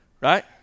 Right